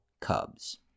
Cubs